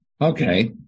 Okay